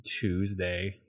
Tuesday